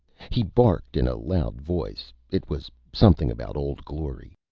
he barked in a loud voice it was something about old glory.